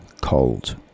cold